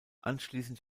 anschließend